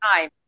time